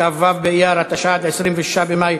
הוחלט להעביר את זה, לאיזו ועדה?